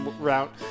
route